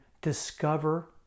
discover